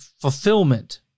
fulfillment